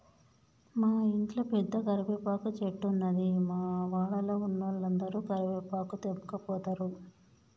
మా ఇంట్ల పెద్ద కరివేపాకు చెట్టున్నది, మా వాడల ఉన్నోలందరు కరివేపాకు తెంపకపోతారు